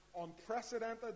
unprecedented